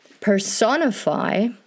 personify